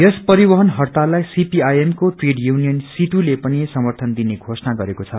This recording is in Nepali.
यस परिवहन हड़ताललाई सीपीआईएम को ट्रेड यूनियन सीआईटीयू ले पनि समर्थन दिने घोषणा गरेको छ